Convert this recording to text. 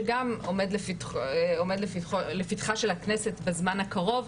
שגם עומד לפתחה של הכנסת בזמן הקרוב,